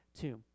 tomb